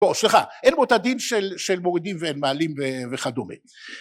סליחה, אין פה את הדין של מורידים ואין ומעלים וכדומה